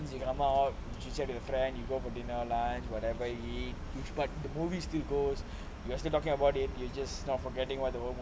as you can about chit chat with your friend and you go for dinner lunch whatever you eat you should but the movie still goes you are still talking about it you just not forgetting what the whole